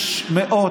יש מאות,